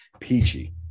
peachy